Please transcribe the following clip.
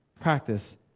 Practice